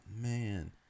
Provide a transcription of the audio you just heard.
man